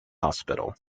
hospital